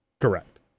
Correct